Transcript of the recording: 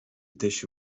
tissue